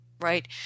right